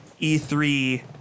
E3